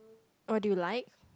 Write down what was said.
what do you like